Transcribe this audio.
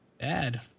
Bad